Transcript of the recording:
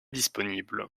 disponible